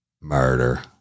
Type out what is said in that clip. Murder